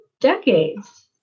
decades